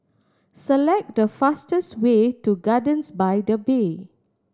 select the fastest way to Gardens by the Bay